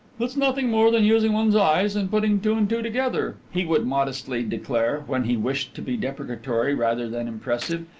it's nothing more than using one's eyes and putting two and two together, he would modestly declare, when he wished to be deprecatory rather than impressive,